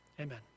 amen